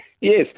Yes